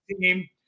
team